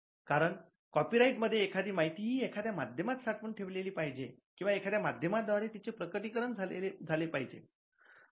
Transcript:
कारण कॉपीराईट मध्ये एखादी माहिती ही एखाद्या माध्यमात साठवून ठेवलेली पाहिजे किंवा एखाद्या माध्यमाद्वारे तिचे प्रकटीकरण झाले पाहिजे